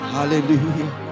Hallelujah